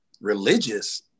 religious